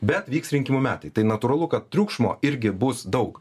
bet vyks rinkimų metai tai natūralu kad triukšmo irgi bus daug